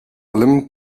allem